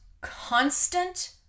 constant